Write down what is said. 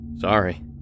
sorry